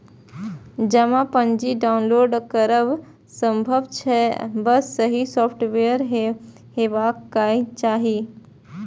जमा पर्ची डॉउनलोड करब संभव छै, बस सही सॉफ्टवेयर हेबाक चाही